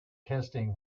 testing